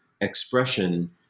expression